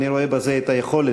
אני רואה בזה את היכולת